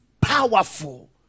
powerful